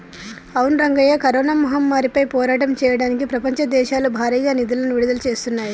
అవును రంగయ్య కరోనా మహమ్మారిపై పోరాటం చేయడానికి ప్రపంచ దేశాలు భారీగా నిధులను విడుదల చేస్తున్నాయి